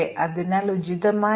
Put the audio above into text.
അവ മതിയായതല്ല